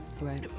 Right